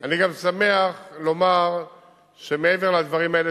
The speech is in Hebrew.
אני גם שמח לומר שמעבר לדברים האלה,